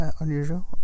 unusual